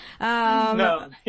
No